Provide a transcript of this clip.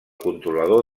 controlador